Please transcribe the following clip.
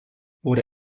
wurde